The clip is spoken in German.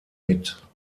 mit